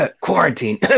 quarantine